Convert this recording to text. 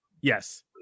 yes